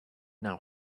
now